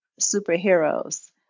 superheroes